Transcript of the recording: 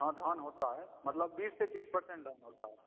हाँ धान होता है मतलब बीस से तीस पर्सेंट धान होता है